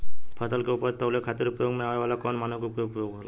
फसल के उपज के तौले खातिर उपयोग में आवे वाला कौन मानक के उपयोग होला?